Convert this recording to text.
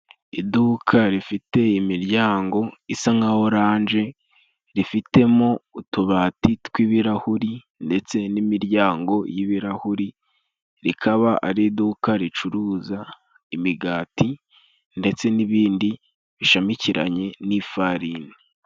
Iduka rifite imiryango isa nka oranje, rifitemo utubati twi'ibirahuri ndetse n'imiryango y'ibirahuri, rikaba ari iduka ricuruza imigati ndetse n'ibindi bishamikiranye n'ifarini.